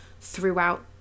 throughout